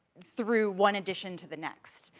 through one edition to the next,